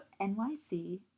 NYC